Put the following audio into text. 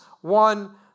one